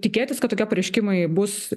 tikėtis kad tokie pareiškimai bus